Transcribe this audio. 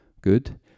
Good